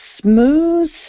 smooth